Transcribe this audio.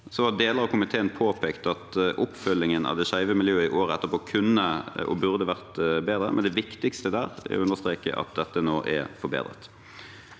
Deler av komiteen har påpekt at oppfølgingen av det skeive miljøet i året etterpå kunne og burde ha vært bedre, men det viktigste der er å understreke at dette nå er forbedret.